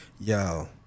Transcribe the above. Yo